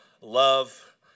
Love